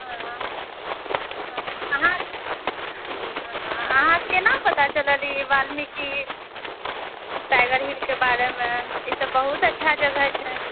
हँ हँ अहाँ हँ हँ अहाँ केँ केना पता चलल ई वाल्मीकि टाइग हिलके बारेमे ई तऽ बहुत अच्छा जगह छै